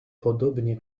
podobnie